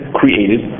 created